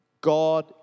God